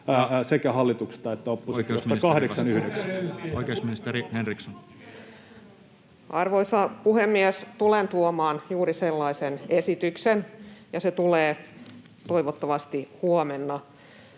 Aika röyhkeätä!] Nyt on minuutti täynnä. Oikeusministeri Henriksson. Arvoisa puhemies! Tulen tuomaan juuri sellaisen esityksen, ja se tulee toivottavasti huomenna.